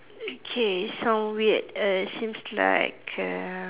okay sounds weird err seems like err